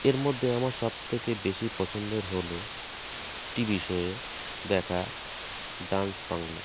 এর মধ্যে আমার সবথেকে বেশি পছন্দের হল টিভি শোয়ে দেখা ডান্স বাংলা